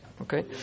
Okay